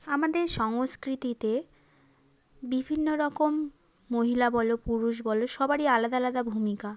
আমাদের সংস্কৃতিতে বিভিন্ন রকম মহিলা বলো পুরুষ বলো সবারই আলাদা আলাদা ভূমিকা